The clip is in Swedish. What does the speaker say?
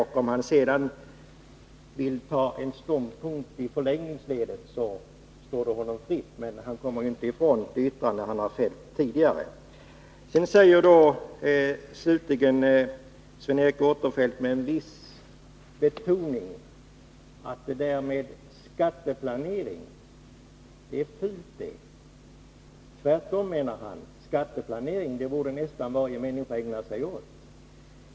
Om Sven Eric Åkerfeldt sedan vill inta en annan ståndpunkt i förlängningsledet står det honom fritt, men han kommer inte ifrån det yttrande han har fällt tidigare. Slutligen säger Sven Eric Åkerfeldt med en viss betoning, att det där med skatteplanering, det är fult det. Och han menar tvärtom att skatteplanering borde nästan varje människa ägna sig åt.